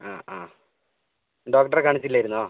ആ ആ ഡോക്ടറേ കാണിച്ചില്ലായിരുന്നോ